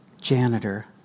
janitor